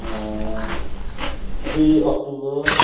दुई अक्टोबर